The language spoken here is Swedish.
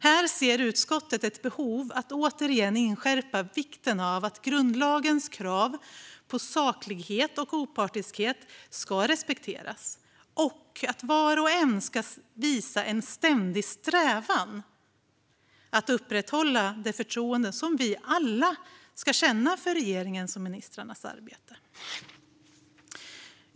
Här ser utskottet ett behov av att återigen inskärpa vikten av att grundlagens krav på saklighet och opartiskhet ska respekteras och att var och en ska visa en ständig strävan att upprätthålla det förtroende som vi alla ska känna för regeringens och ministrarnas arbete.